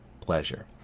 pleasure